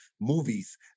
movies